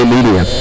Media